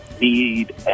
need